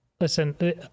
Listen